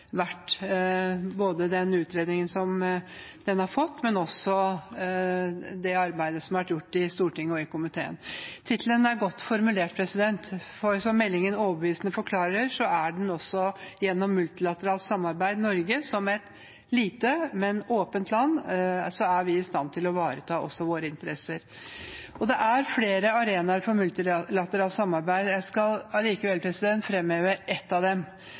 både den utredningen som den har fått, og det arbeidet som har vært gjort i Stortinget og i komiteen. Tittelen er godt formulert, for som meldingen overbevisende forklarer, er det gjennom multilateralt samarbeid vi i Norge – som et lite, men åpent land – er i stand til å ivareta våre interesser. Det er flere arenaer for multilateralt samarbeid. Jeg skal allikevel fremheve en av dem.